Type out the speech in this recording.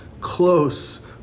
close